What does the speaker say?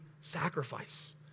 sacrifice